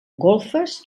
golfes